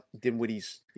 Dinwiddie's